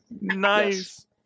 Nice